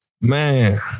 Man